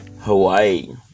Hawaii